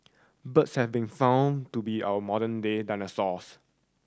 birds have been found to be our modern day dinosaurs